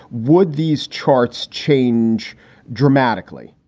would these charts change dramatically?